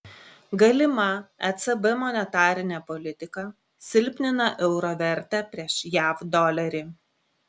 galima ecb monetarinė politika silpnina euro vertę prieš jav dolerį